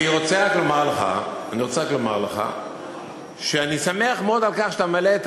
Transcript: אני רוצה רק לומר לך שאני שמח מאוד על כך שאתה מעלה את